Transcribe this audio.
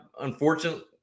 unfortunately